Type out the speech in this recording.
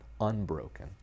unbroken